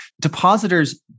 depositors